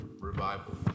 Revival